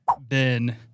Ben